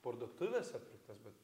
parduotuvėse pirktas bet